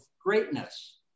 greatness